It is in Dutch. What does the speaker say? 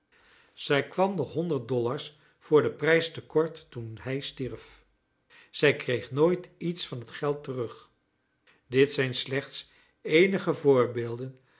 zij kwam nog honderd dollars voor den prijs te kort toen hij stierf zij kreeg nooit iets van het geld terug dit zijn slechts eenige voorbeelden